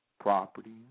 properties